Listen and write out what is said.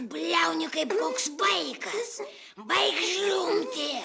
bliauni kaip koks vaikas baik žliumbti